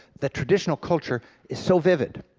the traditional culture is so vivid,